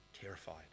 terrified